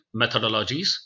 methodologies